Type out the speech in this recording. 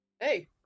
Hey